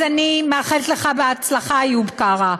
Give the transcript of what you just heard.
אז אני מאחלת לך הצלחה, איוב קרא,